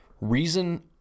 Reason